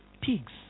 pigs